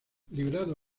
liberado